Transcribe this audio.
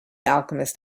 alchemist